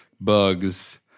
bugs